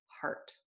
heart